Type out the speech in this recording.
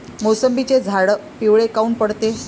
मोसंबीचे झाडं पिवळे काऊन पडते?